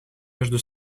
между